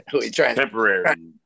temporary